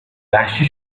وحشی